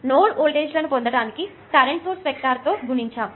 node వోల్టేజ్లను పొందడానికి current source వెక్టర్ను గుణించాము